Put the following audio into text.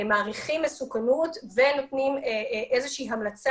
מעריכים מסוכנות ונותנים איזושהי המלצה